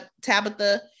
Tabitha